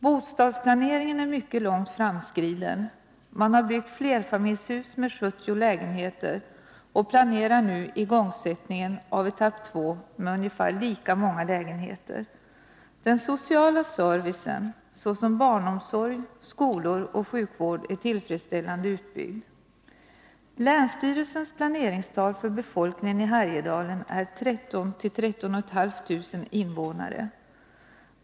Bostadsplaneringen är mycket långt framskriden. Man har byggt flerfamiljshus med 70 lägenheter och planerar nu igångsättningen av etapp två med ungefär lika många lägenheter. Den sociala servicen såsom barnomsorg, skolor och sjukvård är tillfredsställande utbyggd. Länsstyrelsens planeringstal för befolkningen i Härjedalen är 13 000-13 500 invånare.